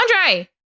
Andre